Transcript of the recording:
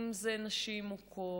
אם אלו נשים מוכות,